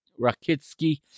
Rakitsky